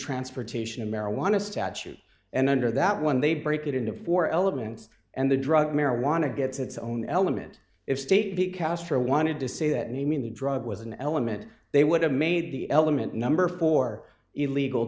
transportation of marijuana statute and under that when they break it into four elements and the drug marijuana gets its own element if state b castro wanted to say that naming the drug was an element they would have made the element number for illegal